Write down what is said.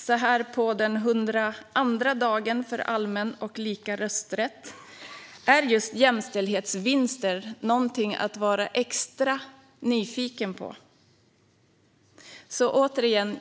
I dag är det 100 år och två dagar sedan beslutet om allmän och lika rösträtt fattades, och då är just jämställdhetsvinster någonting att vara extra nyfiken på.